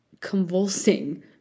convulsing